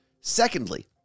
Secondly